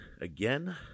again